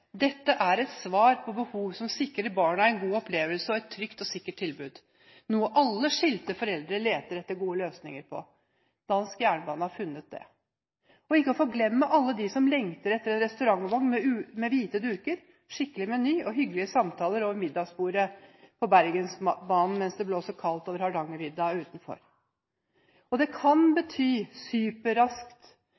Dette er et svar på behov som sikrer barna en god opplevelse og et trygt og sikkert tilbud, noe alle skilte foreldre leter etter gode løsninger på. Dansk jernbane har funnet det. Man må heller ikke glemme alle dem som lengter etter en restaurantvogn med hvite duker, skikkelig meny og hyggelige samtaler over middagsbordet på Bergensbanen mens det blåser kaldt over Hardangervidda utenfor. Det kan også bety superrask Internett-tilgang. Det kan